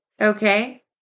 okay